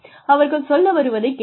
அவர்கள் சொல்ல வருவதைக் கேளுங்கள்